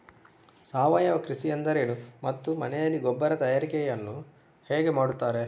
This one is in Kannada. ಸಾವಯವ ಕೃಷಿ ಎಂದರೇನು ಮತ್ತು ಮನೆಯಲ್ಲಿ ಗೊಬ್ಬರ ತಯಾರಿಕೆ ಯನ್ನು ಹೇಗೆ ಮಾಡುತ್ತಾರೆ?